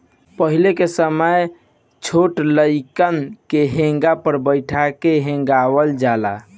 पहिले के समय छोट लइकन के हेंगा पर बइठा के हेंगावल जाला